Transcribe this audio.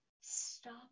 Stop